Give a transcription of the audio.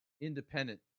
independent